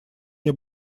мне